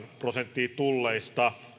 prosenttia tulleista